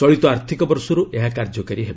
ଚଳିତ ଆର୍ଥିକ ବର୍ଷରୁ ଏହା କାର୍ଯ୍ୟକାରୀ ହେବ